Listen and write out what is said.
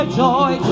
joy